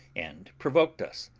and provoked us,